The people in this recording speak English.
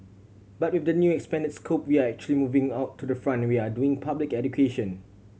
but with the new expanded scope we are actually moving out to the front we are doing public education